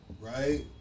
right